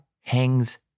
hangs